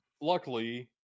Luckily